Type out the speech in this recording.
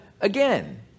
again